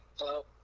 Hello